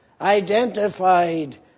identified